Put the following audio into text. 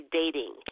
dating